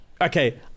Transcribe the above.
Okay